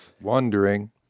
wondering